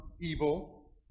evil